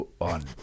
on